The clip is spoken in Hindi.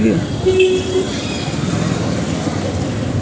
किसी भूमि की सिंचाई करते समय हम पानी की मात्रा कैसे माप सकते हैं?